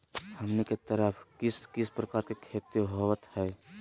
हमनी के तरफ किस किस प्रकार के खेती होवत है?